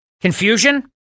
confusion